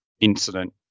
incident